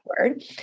word